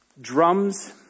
drums